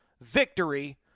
victory